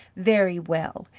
very well,